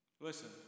Listen